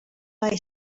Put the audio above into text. lay